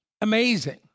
Amazing